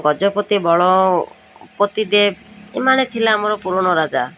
ଗଜପତି ବଳ ପତିଦେବ ଏମାନେ ଥିଲା ଆମର ପୁରୁଣ ରାଜା